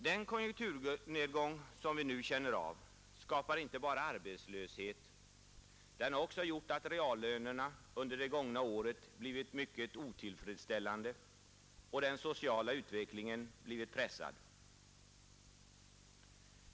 Den konjunkturnedgång som vi nu känner av skapar inte bara arbetslöshet, utan den har också gjort att reallönerna under det gångna året blivit mycket otillfredsställande och att den sociala utvecklingen blivit pressad.